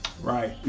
right